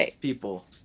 people